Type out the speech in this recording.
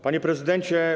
Panie Prezydencie!